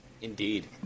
indeed